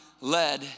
led